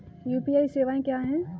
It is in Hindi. यू.पी.आई सवायें क्या हैं?